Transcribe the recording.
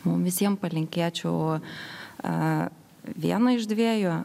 mum visiem palinkėčiau a vieną iš dviejų